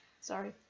Sorry